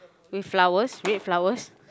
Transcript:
with flowers red flowers